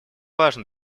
важно